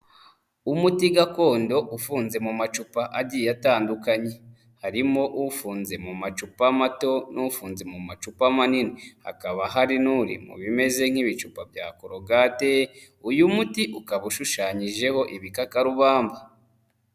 Umuti gakondo ufunze mu macupa agiye atandukanye. Harimo ufunze mu macupa mato n'ufunze mu macupa manini. Hakaba hari n'uri mu bimeze nk'ibicupa bya korogate, uyu muti ukaba ushushanyijeho ibikakarubamba.